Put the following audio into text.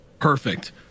Perfect